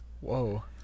whoa